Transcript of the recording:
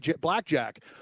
blackjack